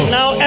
now